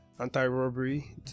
anti-robbery